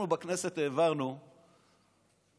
אנחנו בכנסת העברנו חוק-יסוד,